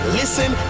listen